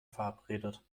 verabredet